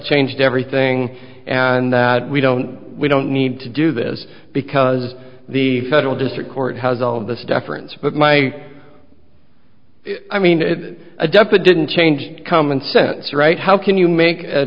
changed everything and that we don't we don't need to do this because the federal district court has all this deference but my i mean it adopted didn't change the common sense right how can you make a